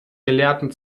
gelehrten